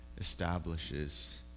establishes